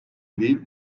değil